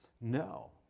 No